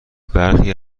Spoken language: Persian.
برخی